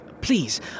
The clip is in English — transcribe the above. Please